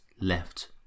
left